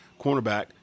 cornerback